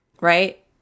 right